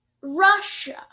Russia